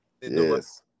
yes